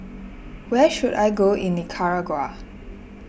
where should I go in Nicaragua